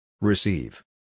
Receive